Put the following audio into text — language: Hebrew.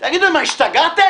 תגידו, מה השתגעתם?